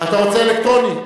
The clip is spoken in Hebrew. אתה רוצה אלקטרונית?